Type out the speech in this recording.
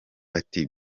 ati